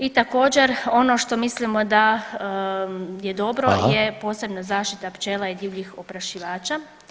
I također ono što mislimo da je dobro [[Upadica Reiner: Hvala.]] je posebna zaštita pčela i divljih oprašivača.